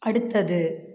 அடுத்தது